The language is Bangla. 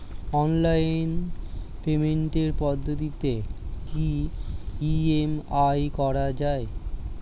অনলাইন পেমেন্টের পদ্ধতিতে কি ই.এম.আই করা যায়?